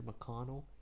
McConnell